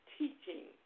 teaching